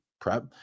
prep